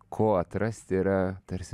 ko atrasti yra tarsi